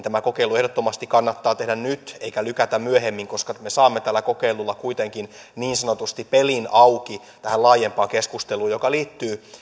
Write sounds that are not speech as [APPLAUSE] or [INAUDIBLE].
[UNINTELLIGIBLE] tämä kokeilu ehdottomasti kannattaa tehdä nyt eikä lykätä myöhemmäksi koska me saamme tällä kokeilulla kuitenkin niin sanotusti pelin auki tähän laajempaan keskusteluun joka liittyy